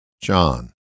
John